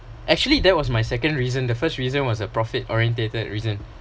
actually that was my second reason the first reason was a profit orientated reason